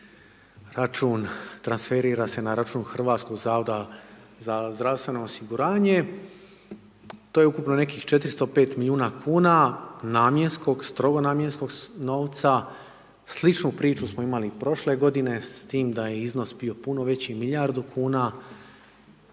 račun, transferira se na račun HZZO-a, to je ukupno nekih 405 milijuna kn, namjenskog strogo namjenskog novca. Sličnu priču smo imali i prošle g. s tim da je iznos bio puno veći, milijardu kuna.